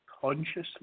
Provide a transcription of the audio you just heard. consciously